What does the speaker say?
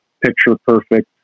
picture-perfect